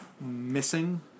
missing